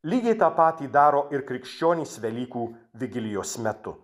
lygiai tą patį daro ir krikščionys velykų vigilijos metu